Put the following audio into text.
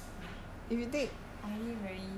I already very 习惯 take grab leh